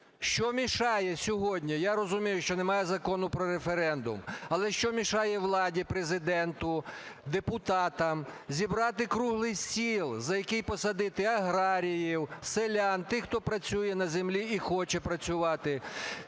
Що мішає сьогодні… Я розумію, що немає закону про референдум, але що мішає владі, Президенту, депутатам зібрати "круглий стіл", за який посадити аграріїв, селян - тих, хто працює на землі і хоче працювати,